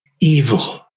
evil